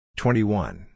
twenty-one